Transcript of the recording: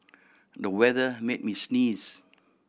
the weather made me sneeze